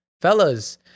Fellas